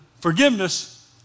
forgiveness